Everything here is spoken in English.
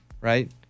right